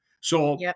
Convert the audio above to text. So-